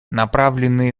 направленные